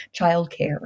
childcare